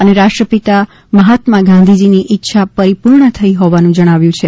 અને રાષ્ટ્રપિતા મહાત્મા ગાંધીજીની ઈચ્છા પરિપૂર્ણ થઈ હોવાનું જણાવ્યું છે